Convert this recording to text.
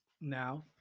Now